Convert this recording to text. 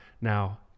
Now